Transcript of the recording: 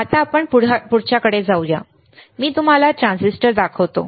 आता आपण पुढच्याकडे जाऊया मी तुम्हाला ट्रान्झिस्टर दाखवतो